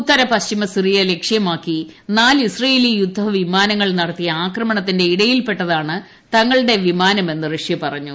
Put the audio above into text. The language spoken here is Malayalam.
ഉത്തര പശ്ചിമ സിറിയ ലക്ഷമാക്കി നാല് ഇസ്രേയേലി യുദ്ധവിമാനങ്ങൾ നടത്തിയ ആക്രമണത്തിന്റെ ഇടയിൽപ്പെട്ടതാണ് തങ്ങളുടെ വിമാനമെന്ന് റഷ്യ പറഞ്ഞു